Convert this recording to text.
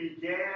began